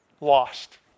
lost